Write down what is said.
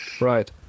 right